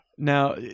Now